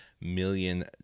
million